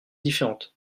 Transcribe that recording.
différentes